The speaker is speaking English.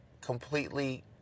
completely